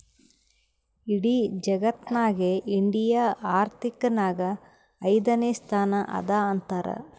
ಇಡಿ ಜಗತ್ನಾಗೆ ಇಂಡಿಯಾ ಆರ್ಥಿಕ್ ನಾಗ್ ಐಯ್ದನೇ ಸ್ಥಾನ ಅದಾ ಅಂತಾರ್